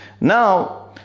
Now